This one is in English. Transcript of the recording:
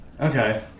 Okay